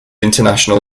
international